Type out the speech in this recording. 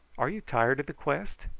are you tired of the quest?